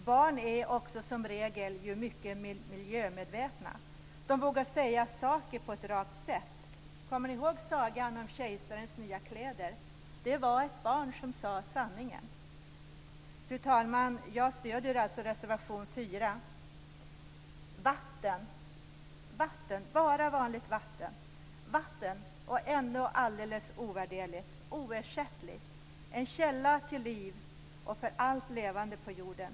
Barn är också som regel mycket miljömedvetna. De vågar säga saker på ett rakt sätt. Kommer ni ihåg sagan om kejsarens nya kläder? Det var ett barn som sade sanningen. Fru talman! Jag stöder reservation 4. Vatten, vatten, bara vanligt vatten, och ändå alldeles ovärderligt och oersättligt. Det är en källa till liv, för allt levande på jorden.